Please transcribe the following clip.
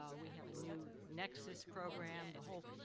um we have a new nexus program. the whole